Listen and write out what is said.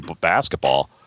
basketball